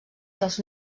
dels